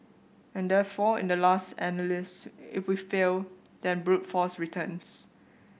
and therefore in the last analysis if we fail then brute force returns